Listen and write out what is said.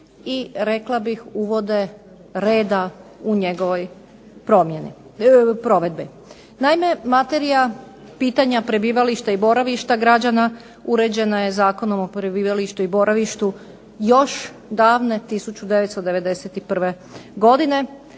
i rekla bih uvode reda u njegovoj provedbi. Naime, materija pitanja prebivališta i boravišta građana uređena je Zakonom o prebivalištu i boravištu još davne 1991. godine.